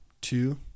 two